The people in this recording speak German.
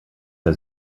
der